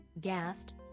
gassed